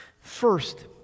First